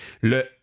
le